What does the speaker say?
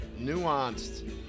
nuanced